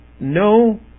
no